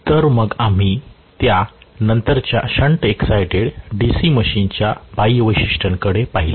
तर मग आम्ही त्या नंतरच्या शंट एक्साईटेड डीसी मशीनच्या बाह्य वैशिष्ट्यांकडे पाहिले